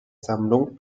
sammlung